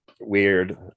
weird